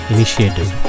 Initiative